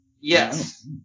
Yes